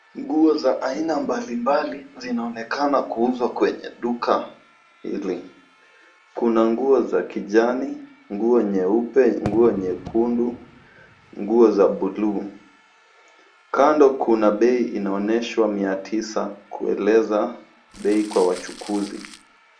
Nguo za aina mbali mbali zinaonekana kuuzwa kwenye duka hili. Kuna nguo za kijani, nguo nyeupe, nguo nyekundu, nguo za buluu. Kando kuna bei inaonyesha mia tisa kueleza bei kwa wachukuzi.